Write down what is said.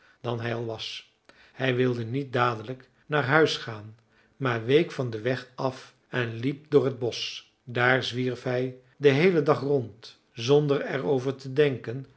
dan hij al was hij wilde niet dadelijk naar huis gaan maar week van den weg af en liep door het bosch daar zwierf hij den heelen dag rond zonder er over te denken